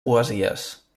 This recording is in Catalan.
poesies